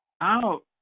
out